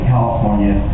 California